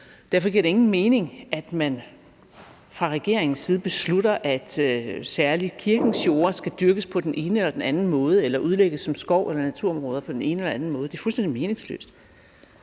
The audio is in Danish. Derfor giver det ingen mening, at man fra regeringens side beslutter, at særlig kirkens jorder skal dyrkes på den ene eller den anden måde, udlægges til skov eller naturområder på den ene eller den anden måde. Det er fuldstændig meningsløst.